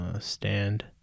stand